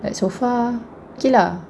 but so far okay lah